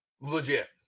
Legit